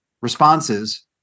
responses